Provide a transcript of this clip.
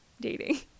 dating